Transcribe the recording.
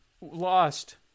lost